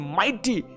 mighty